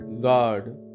God